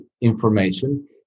information